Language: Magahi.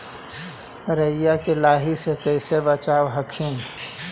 राईया के लाहि कैसे बचाब हखिन?